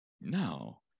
no